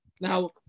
Now